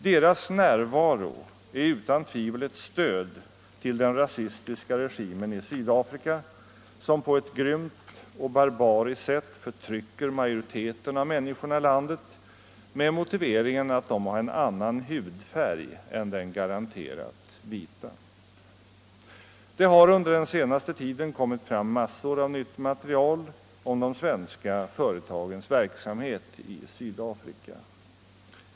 Deras närvaro är utan tvivel ett stöd för den rasistiska regimen i Sydafrika, som på ett grymt och barbariskt sätt förtrycker majoriteten av människorna i landet med motiveringen att de har en annan hudfärg än den garanterat vita. Det har under den senaste tiden kommit fram massor av nytt material om de svenska företagens verksamhet i Sydafrika.